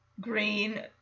green